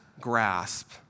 grasp